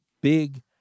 big